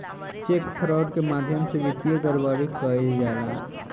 check fraud के माध्यम से वित्तीय गड़बड़ी कईल जाला